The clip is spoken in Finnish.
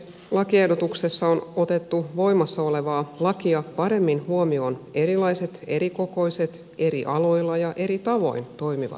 lakiehdotuksessa on otettu voimassa olevaa lakia paremmin huomioon erilaiset erikokoiset eri aloilla ja eri tavoin toimivat säätiöt